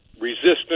resistant